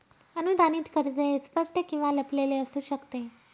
अनुदानित कर्ज हे स्पष्ट किंवा लपलेले असू शकते